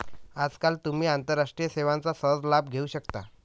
आजकाल तुम्ही आंतरराष्ट्रीय सेवांचा सहज लाभ घेऊ शकता